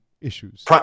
issues